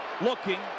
looking